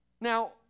Now